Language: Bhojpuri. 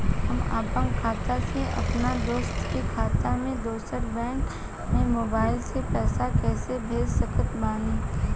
हम आपन खाता से अपना दोस्त के खाता मे दोसर बैंक मे मोबाइल से पैसा कैसे भेज सकत बानी?